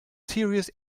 serious